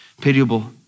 pitiable